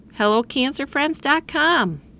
hellocancerfriends.com